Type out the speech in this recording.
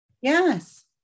Yes